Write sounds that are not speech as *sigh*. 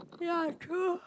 *noise* ya true